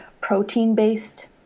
protein-based